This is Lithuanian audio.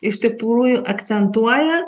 iš tikrųjų akcentuoja